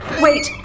Wait